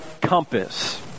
compass